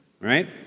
right